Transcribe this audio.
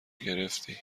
گرفتی